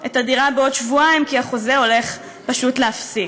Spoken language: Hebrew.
את הדירה בעוד שבועיים כי החוזה הולך פשוט להיפסק.